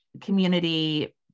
community